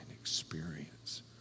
experience